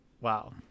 wow